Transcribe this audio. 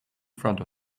front